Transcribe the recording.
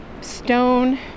stone